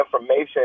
information